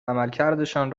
عملکردشان